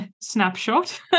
snapshot